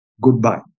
Goodbye